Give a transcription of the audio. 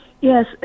Yes